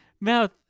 mouth